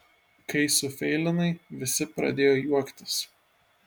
kai sufeilinai visi pradėjo juoktis